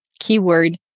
keyword